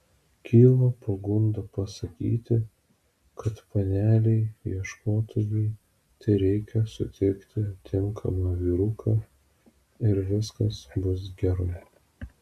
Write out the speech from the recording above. kyla pagunda pasakyti kad panelei ieškotojai tereikia sutikti tinkamą vyruką ir viskas bus gerai